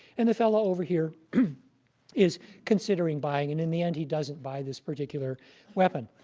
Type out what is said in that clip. and the fellow over here is considering buying. and in the end, he doesn't buy this particular weapon.